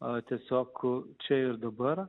o tiesiog čia ir dabar